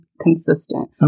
consistent